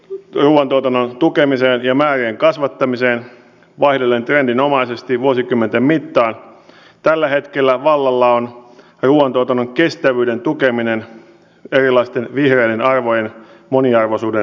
lontoo tukemiseen ja määrien kasvattamiseen vaihdellen trendinomaisesti vuosikymmenten mittaan tällä hetkellä vallalla on ruuantuotannon kestävyyden tukeminen erilaisten vihreiden arvojen moniarvoisuuden